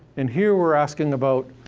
and here, we're asking about,